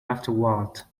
afterward